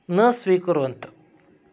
न स्वीकुर्वन्तु